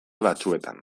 batzuetan